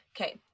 Okay